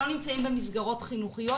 לא נמצאים במסגרות חינוכיות.